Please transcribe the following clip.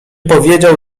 powiedział